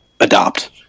Adopt